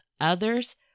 others